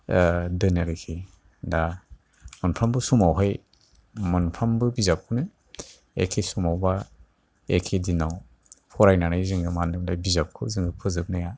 दोनो आरोखि दा मोनफ्रोमबो समावहाय मोनफ्रोमबो बिजाबखौनो एखे समाव बा एखे दिनाव फरायनानै जों मानो बे बिजाबखौ जों फोजोबनाया